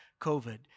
COVID